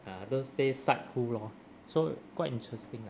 don't say side who lor so quite interesting lah